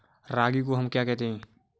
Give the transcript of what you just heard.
रागी को हम क्या कहते हैं?